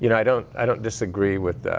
you know i don't i don't disagree with that.